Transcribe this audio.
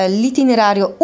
l'itinerario